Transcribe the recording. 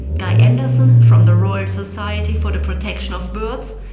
guy anderson from the royal society for the protection of birds,